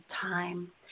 time